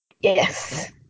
Yes